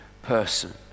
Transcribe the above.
Person